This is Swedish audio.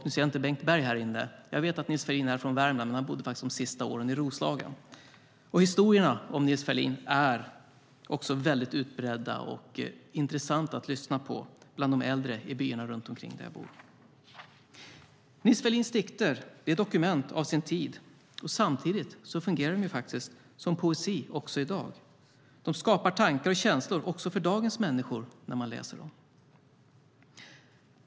Nu ser jag inte Bengt Berg här inne - jag vet att Nils Ferlin var från Värmland, men han bodde faktiskt de sista åren i Roslagen. Historierna om Nils Ferlin är också väldigt utbredda och intressanta att lyssna på bland de äldre i byarna runt omkring där jag bor. Nils Ferlins dikter är dokument av sin tid, och samtidigt fungerar de som poesi också i dag. De skapar tankar och känslor också för dagens människor när de läser dem.